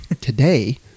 Today